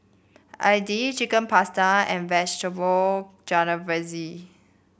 Idili Chicken Pasta and Vegetable Jalfrezi